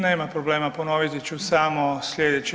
Nema problema, ponoviti ću samo sljedeće.